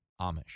Amish